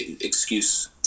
excuse